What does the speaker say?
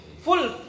Full